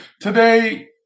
Today